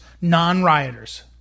non-rioters